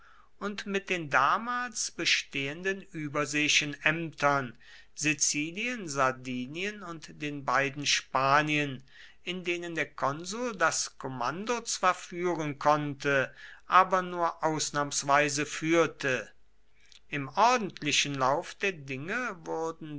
und mit den damals bestehenden überseeischen ämtern sizilien sardinien und den beiden spanien in denen der konsul das kommando zwar führen konnte aber nur ausnahmsweise führte im ordentlichen lauf der dinge wurden